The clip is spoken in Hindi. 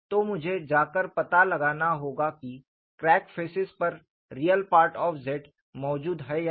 तो मुझे जाकर पता लगाना होगा कि क्रैक फेसेस पर रियल पार्ट ऑफ़ Z मौजूद है या नहीं